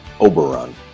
Oberon